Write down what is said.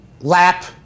lap